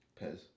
Pez